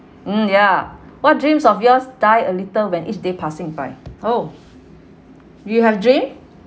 mm ya what dreams of yours die a little when each day passing by oh you have dream